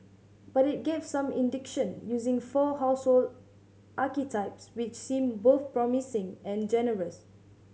but it gave some indication using four household archetypes which seem both promising and generous